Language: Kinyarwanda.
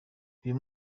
uyu